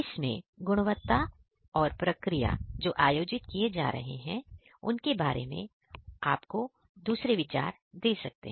इसमें से गुणवत्ता और प्रक्रिया जो आयोजित किए जा रहे हैं उसके बारे में आपको और दूसरे विचार दे सकते हैं